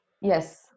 Yes